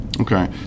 Okay